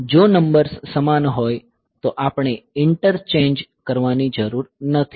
જો નંબર્સ સમાન હોય તો આપણે ઇન્ટરચેન્જ કરવાની જરૂર નથી